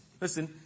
Listen